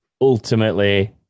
ultimately